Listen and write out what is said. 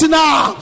now